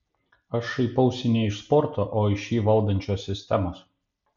aš šaipausi ne iš sporto o iš jį valdančios sistemos